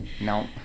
No